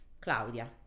Claudia